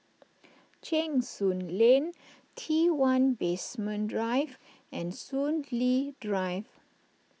Cheng Soon Lane T one Basement Drive and Soon Lee Drive